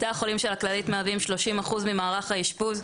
בתי החולים של הכללית מהווים 30% ממערך האשפוז,